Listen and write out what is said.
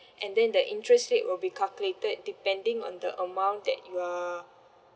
and then the interest rate will be calculated depending on the amount that you are